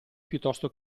piuttosto